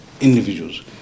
individuals